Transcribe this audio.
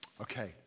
Okay